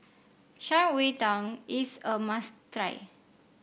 Shan Rui Tang is a must